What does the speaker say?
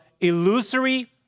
illusory